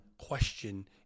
question